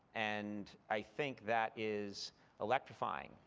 and i think that is electrifying.